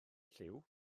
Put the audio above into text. llyw